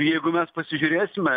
jeigu mes pasižiūrėsime